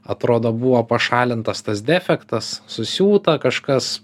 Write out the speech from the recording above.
atrodo buvo pašalintas tas defektas susiūta kažkas